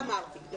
לא, לא.